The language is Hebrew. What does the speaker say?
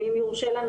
ואם יורשה לנו,